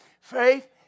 Faith